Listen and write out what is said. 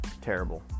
terrible